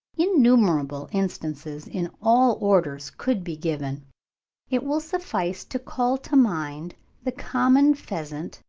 innumerable instances in all orders could be given it will suffice to call to mind the common pheasant,